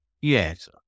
Yes